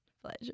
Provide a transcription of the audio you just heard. Pleasure